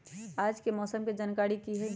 आज के मौसम के जानकारी कि हई?